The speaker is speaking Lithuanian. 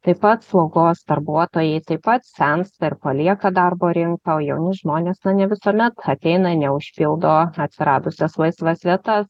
taip pat slaugos darbuotojai taip pat sensta ir palieka darbo rinką o jauni žmonės na ne visuomet ateina neužpildo atsiradusias laisvas vietas